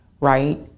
right